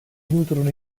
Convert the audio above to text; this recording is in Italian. nutrono